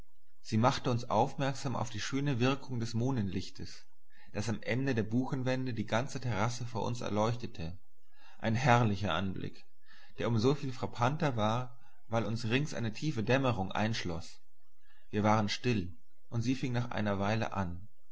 sie machte uns aufmerksam auf die schöne wirkung des mondenlichtes das am ende der buchenwände die ganze terrasse vor uns erleuchtete ein herrlicher anblick der um so viel frappanter war weil uns rings eine tiefe dämmerung einschloß wir waren still und sie fing nach einer weile an